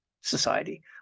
society